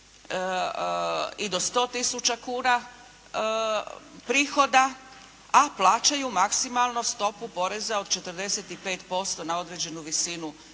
i do 100 tisuća kuna prihoda, a plaćaju maksimalno stopu poreza od 45% na određenu visinu,